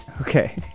Okay